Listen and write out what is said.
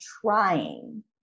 trying